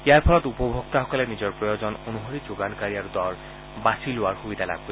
ইয়াৰ ফলত উপভোক্তাসকলে নিজৰ প্ৰয়োজন অনুসৰি যোগানকাৰী আৰু দৰ বাচি লোৱাৰ সুবিধা লাভ কৰিব